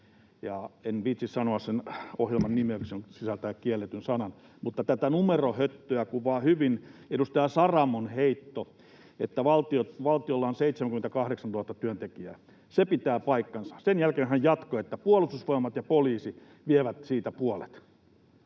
En viitsi sanoa sen ohjelman nimeä, kun se sisältää kielletyn sanan. Mutta tätä numerohöttöä kuvaa hyvin edustaja Saramon heitto siitä, että valtiolla on 78 000 työntekijää. Se pitää paikkansa. Sen jälkeen hän jatkoi, että Puolustusvoimat ja poliisi vievät siitä puolet,